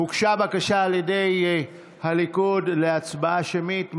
הוגשה בקשה על ידי הליכוד להצבעה שמית.